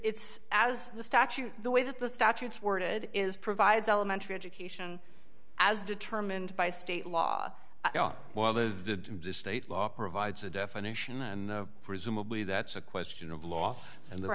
it's as the statute the way that the statutes worded is provides elementary education as determined by state law while the state law provides a definition and presumably that's a question of law and the